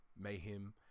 mayhem